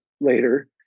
later